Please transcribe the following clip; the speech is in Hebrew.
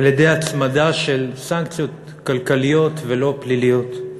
על-ידי הצמדה של סנקציות כלכליות, ולא פליליות,